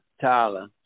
Tyler